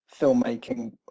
filmmaking